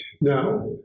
Now